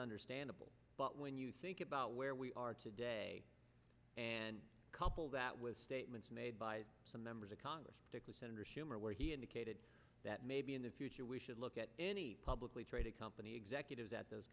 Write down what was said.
understandable but when you think about where we are today and couple that with statements made by some members of congress senator schumer where he indicated that maybe in the future we should look at publicly traded company executives at those